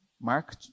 Mark